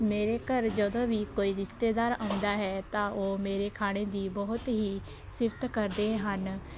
ਮੇਰੇ ਘਰ ਜਦੋਂ ਵੀ ਕੋਈ ਰਿਸ਼ਤੇਦਾਰ ਆਉਂਦਾ ਹੈ ਤਾਂ ਉਹ ਮੇਰੇ ਖਾਣੇ ਦੀ ਬਹੁਤ ਹੀ ਸਿਫਤ ਕਰਦੇ ਹਨ